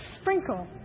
sprinkle